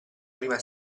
prima